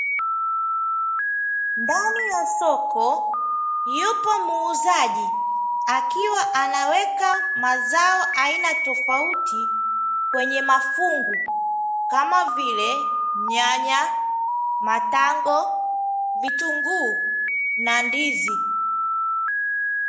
Ndani ya soko yupo muuzaji akiwa anaweka mazao aina tofauti kwenye mafungu kama vile nyanya, matango, vitunguu na ndizi.